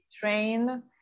train